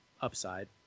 upside